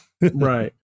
right